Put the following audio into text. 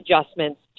adjustments